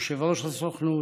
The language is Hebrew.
יושב-ראש הסוכנות,